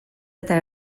eta